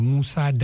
Musa